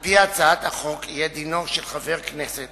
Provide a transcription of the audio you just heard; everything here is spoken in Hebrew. על-פי הצעת החוק יהיה דינו של חבר כנסת